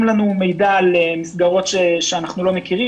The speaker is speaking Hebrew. לנו מידע על מסגרות שאנחנו לא מכירים,